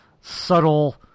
subtle